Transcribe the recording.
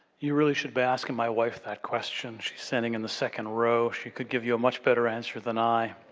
you really should be asking my wife that question. she's standing in the second row. she could give you a much better answer than i.